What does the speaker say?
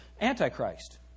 Antichrist